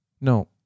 No